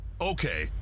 okay